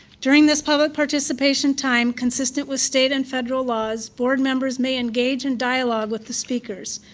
during this public participation time, consistent with state and federal laws, board members may engage in dialogue with the speakers.